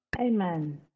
Amen